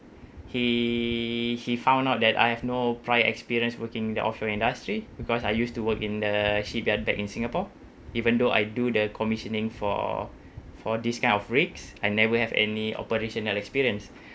he he found out that I have no prior experience working in the offshore industry because I used to work in the shipyard back in singapore even though I do the commissioning for for this kind of rakes I never have any operational experience